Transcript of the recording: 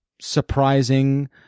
surprising